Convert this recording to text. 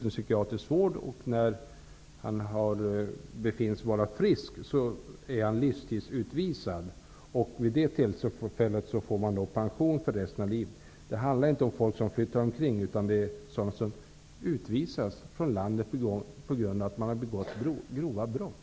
När han befinns vara frisk är han livstidsutvisad. Vid det tillfället får han pension för resten av livet. Det handlar inte om folk som flyttar, utan om sådana som utvisas från landet på grund av att de har begått grova brott.